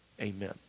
Amen